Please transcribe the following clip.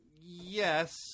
yes